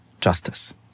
justice